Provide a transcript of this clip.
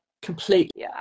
Completely